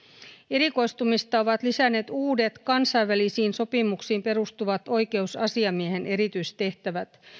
erikoistumista ovat lisänneet uudet kansainvälisiin sopimuksiin perustuvat oikeusasiamiehen erityistehtävät